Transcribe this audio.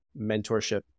mentorship